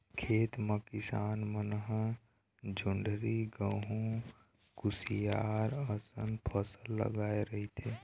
खेत म किसान मन ह जोंधरी, गहूँ, कुसियार असन फसल लगाए रहिथे